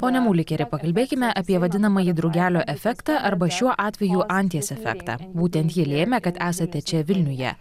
pone mulikeri pakalbėkime apie vadinamąjį drugelio efektą arba šiuo atveju anties efektą būtent ji lėmė kad esate čia vilniuje